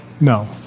No